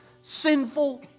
sinful